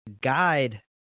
guide